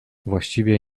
właściwie